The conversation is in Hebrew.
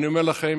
אני אומר לכם,